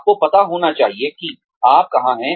आपको पता होना चाहिए कि आप कहां हैं